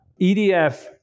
EDF